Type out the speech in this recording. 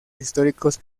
históricos